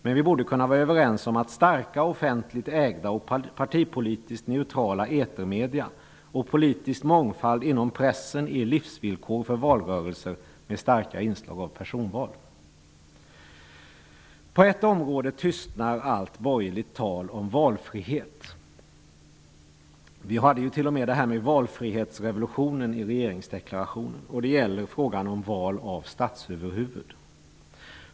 Men vi borde kunna vara överens om att starka offentligt ägda och partipolitiskt neutrala etermedier och politisk mångfald inom pressen är ett livsvillkor för valrörelser med starka inslag av personval. På ett område tystnar allt borgerligt tal om valfrihet, trots att det i regeringsdeklarationen talades om en valfrihetsrevolution. Det gäller val av statsöverhuvud.